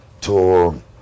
Tour